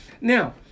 Now